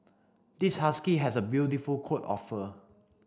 this husky has a beautiful coat of fur